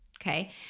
Okay